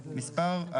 מאושרות,